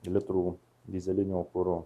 litrų dyzelinio kuro